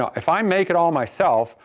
ah if i make it all myself,